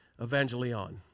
Evangelion